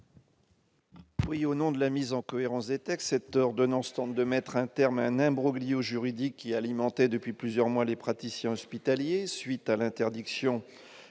Oui au nom de la mise en cohérence des textes 7 heures un ensemble de mettre un terme à un imbroglio juridique qui alimentait depuis plusieurs mois, les praticiens hospitaliers, suite à l'interdiction